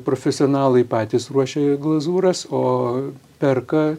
profesionalai patys ruošia glazūras o perka